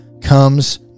comes